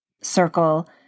circle